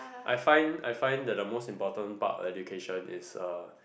I find I find the most important part of education is uh